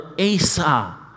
Asa